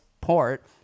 port